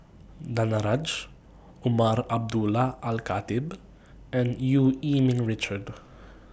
Danaraj Umar Abdullah Al Khatib and EU Yee Ming Richard